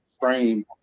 frame